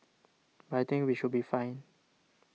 but I think we should be fine